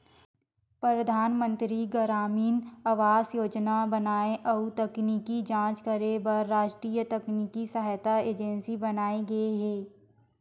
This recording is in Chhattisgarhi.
परधानमंतरी गरामीन आवास योजना बनाए अउ तकनीकी जांच करे बर रास्टीय तकनीकी सहायता एजेंसी बनाये गे हे